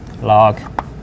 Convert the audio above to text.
log